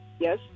Yes